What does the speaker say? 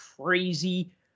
crazy